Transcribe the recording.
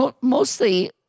mostly